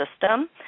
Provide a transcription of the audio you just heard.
system